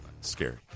scary